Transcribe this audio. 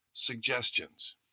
suggestions